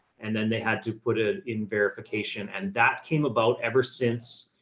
and then they had to put it in verification. and that came about ever since,